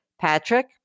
Patrick